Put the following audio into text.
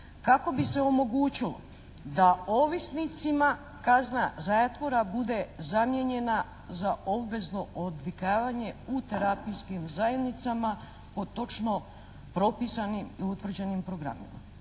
kako bi se omogućilo da ovisnicima kazna zatvora bude zamijenjena za obvezno odvikavanje u terapijskim zajednicama po točno propisanim i utvrđenim programima.